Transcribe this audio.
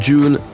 June